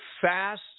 fast